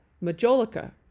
Majolica